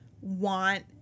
want